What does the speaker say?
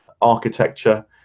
architecture